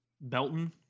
Belton